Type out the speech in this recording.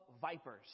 vipers